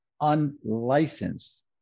unlicensed